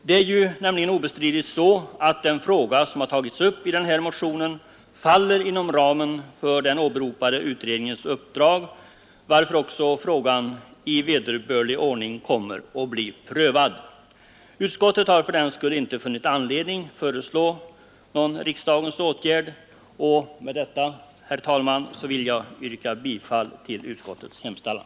Det är nämligen obestridligt så att den fråga som tagits upp i den här motionen faller inom ramen för den åberopade utredningens uppdrag, varför också frågan i vederbörlig ordning kommer att bli prövad. Utskottet har fördenskull inte funnit anledning föreslå någon riksdagens åtgärd. Med detta, herr talman, vill jag yrka bifall till utskottets hemställan.